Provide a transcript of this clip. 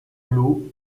blu